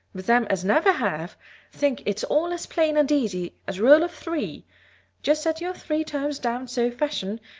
but them as never have think it's all as plain and easy as rule of three just set your three terms down so fashion,